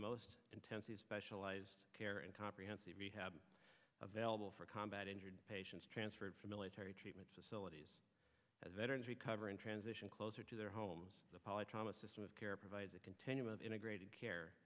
most intensive specialized care and comprehensive rehab available for combat injured patients transferred for military treatment facilities as veterans recover and transition closer to their homes the pilot thomas system of care provides a continuum of integrated care